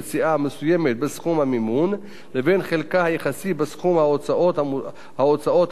מסוימת בסכום המימון לבין חלקה היחסי בסכום ההוצאות המותר